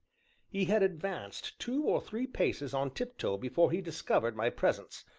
he had advanced two or three paces on tiptoe before he discovered my presence,